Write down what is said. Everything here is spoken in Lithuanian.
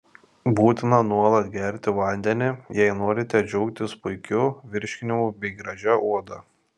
būtina nuolat gerti vandenį jei norite džiaugtis puikiu virškinimu bei gražia oda